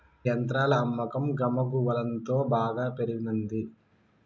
గీ యంత్రాల అమ్మకం గమగువలంతో బాగా పెరిగినంది